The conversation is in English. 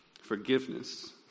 Forgiveness